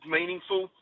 meaningful